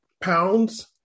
pounds